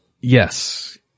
Yes